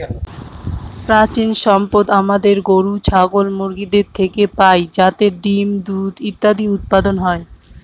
প্রানীসম্পদ আমাদের গরু, ছাগল, মুরগিদের থেকে পাই যাতে ডিম, দুধ ইত্যাদি উৎপাদন হয়